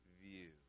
view